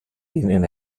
denen